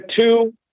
two